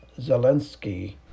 Zelensky